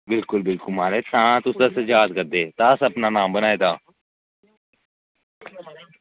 बिल्कुल बिल्कुल तां मतलब सुझा करदे तां नाम बनाए दा